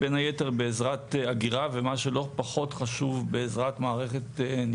זה חלק מהפרויקט.